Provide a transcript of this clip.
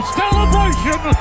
celebration